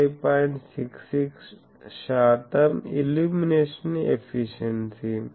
66 శాతం illumination efficiency